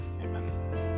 Amen